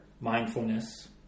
mindfulness